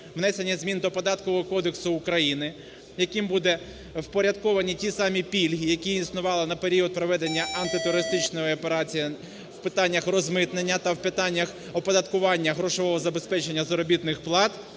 внесення змін до Податкового кодексу України, яким буде впорядковано ті самі пільги, які існували на період проведення антитерористичної операції в питаннях розмитнення та в питаннях оподаткування грошового забезпечення заробітних плат.